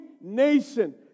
nation